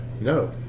no